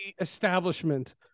establishment